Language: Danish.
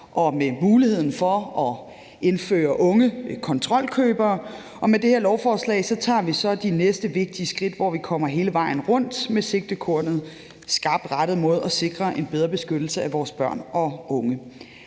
og gav muligheden for at indføre unge kontrolkøbere, og med det her lovforslag tager vi så de næste vigtige skridt, hvor vi kommer hele vejen rundt med sigtekornet skarpt rettet mod at sikre en bedre beskyttelse af vores børn unge.